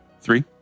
three